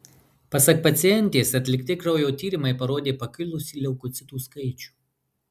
pasak pacientės atlikti kraujo tyrimai parodė pakilusį leukocitų skaičių